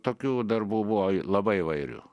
tokių darbų buvo labai įvairių